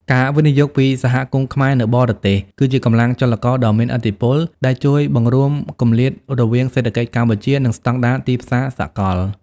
ការវិនិយោគពី សហគមន៍ខ្មែរនៅបរទេស គឺជាកម្លាំងចលករដ៏មានឥទ្ធិពល ដែលជួយបង្រួមគម្លាតរវាងសេដ្ឋកិច្ចកម្ពុជា និងស្ដង់ដារទីផ្សារសកល។